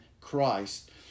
Christ